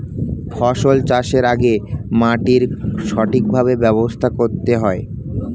ফসল চাষের আগে মাটির সঠিকভাবে ব্যবস্থা করতে হয়